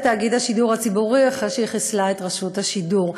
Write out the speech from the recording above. תאגיד השידור הציבורי אחרי שהיא חיסלה את רשות השידור.